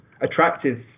attractive